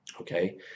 Okay